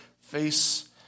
face